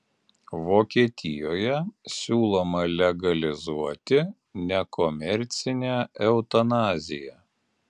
vokietijoje siūloma legalizuoti nekomercinę eutanaziją